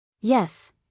Yes